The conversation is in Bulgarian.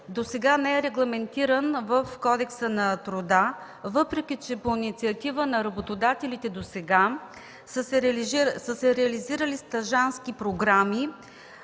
досега не е регламентиран в Кодекса на труда, въпреки че по инициатива на работодателите досега са се реализирали стажантски програми.